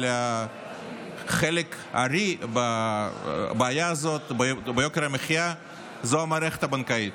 אבל חלק הארי בבעיה הזו של יוקר המחיה היא המערכת הבנקאית.